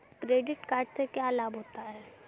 Credit card से क्या क्या लाभ होता है?